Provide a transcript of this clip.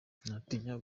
ntatinya